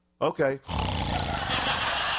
Okay